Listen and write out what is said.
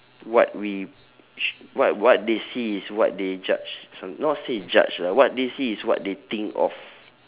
what we sh~ what what they see is what they judge some not say judge lah what they see is what they think of